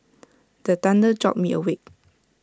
the thunder jolt me awake